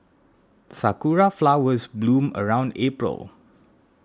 sakura flowers bloom around April